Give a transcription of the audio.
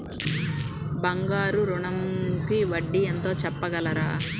బంగారు ఋణంకి వడ్డీ ఎంతో చెప్పగలరా?